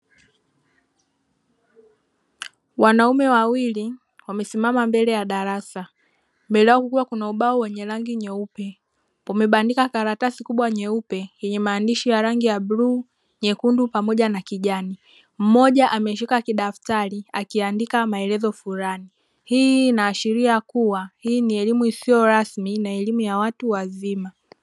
Wanaume wawili wamesimama mbele ya darasa mbele yao kukiwa na ubao wenye rangi nyeupe wamebandika karatasi kubwa yeupe yenye maandishi ya rangi ya bluu, nyekundu pamoja na kijani, mmoja ameshika kidaftari akiandika maelezo fulani hii inaashilia kuwa hii ni elimu isiyo rasmi na elimu ya watu wazima.